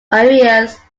areas